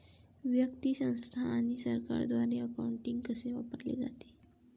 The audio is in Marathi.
व्यक्ती, संस्था आणि सरकारद्वारे अकाउंटिंग कसे वापरले जाते